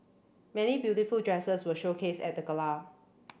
many beautiful dresses were showcased at the gala